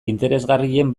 interesgarrien